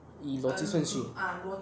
!ee! 逻辑岁数